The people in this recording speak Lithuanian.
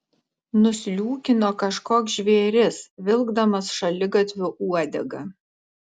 nusliūkino kažkoks žvėris vilkdamas šaligatviu uodegą